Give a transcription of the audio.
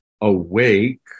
awake